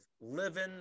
living